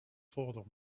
fallen